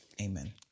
Amen